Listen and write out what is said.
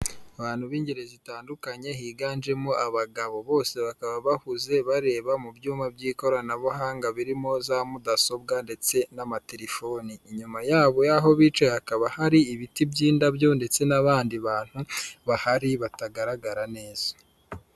Abantu b'ingeri zitandukanye higanjemo abagabo, bose bakaba bahuze bareba mu byuma by'ikoranabuhanga birimo za mudasobwa ndetse n'amaterefone, inyuma yabo y'aho bicaye hakaba hari ibiti by'indabyo ndetse n'abandi bantu bahari batagaragara neza.